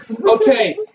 okay